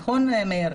נכון, מאיר?